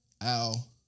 Al